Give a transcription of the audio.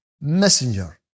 messenger